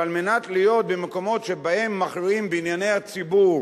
שעל מנת להיות במקומות שבהם מכריעים בענייני הציבור